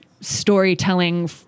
storytelling